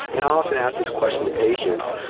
and i often asked this question to patients,